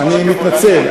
אני מתנצל.